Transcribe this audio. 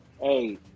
hey